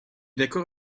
d’accord